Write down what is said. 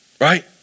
right